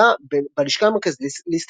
עבדה בלשכה המרכזית לסטטיסטיקה.